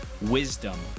wisdom